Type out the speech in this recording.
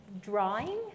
drawing